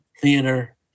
Theater